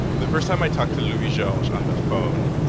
the first time i talked to louis-georges on the phone,